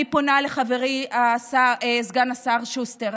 אני פונה לחברי סגן השר שוסטר,